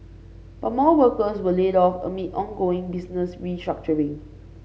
but more workers were laid off amid ongoing business restructuring